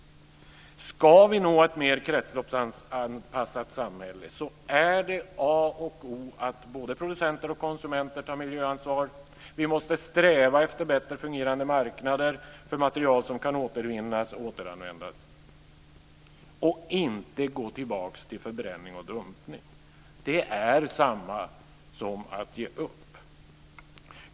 Ska vi nå ett mer kretsloppsanpassat samhälle är det A och O att både producenter och konsumenter tar miljöansvar. Vi måste sträva efter bättre fungerande marknader för material som kan återvinnas och återanvändas och inte gå tillbaka till förbränning och dumpning. Det är samma sak som att ge upp.